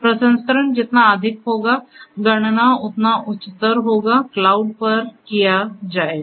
प्रसंस्करण जितना अधिक होगा गणना उतना उच्चतर होगा क्लाउड पर किया जाएगा